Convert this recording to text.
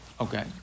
Okay